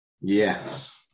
Yes